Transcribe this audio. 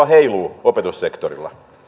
heiluu opetussektorilla